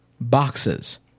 boxes